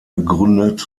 gegründet